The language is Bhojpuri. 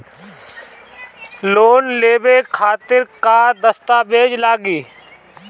लोन लेवे खातिर का का दस्तावेज लागी?